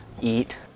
eat